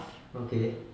okay